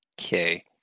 Okay